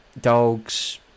Dogs